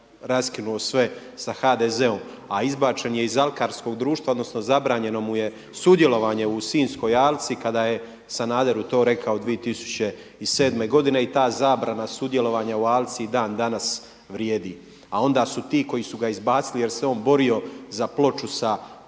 raskinuo sve sa HDZ-om a izbačen je iz alkarskog društva odnosno zabranjeno mu je sudjelovanje u Sinjskoj alci kada je Sanaderu to rekao 2007. godine i ta zabrana sudjelovanja u alci i dan danas vrijedi. A onda su ti koji su ga izbacili jer se on borio za ploču koju